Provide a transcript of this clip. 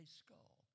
skull